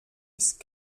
ist